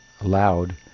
allowed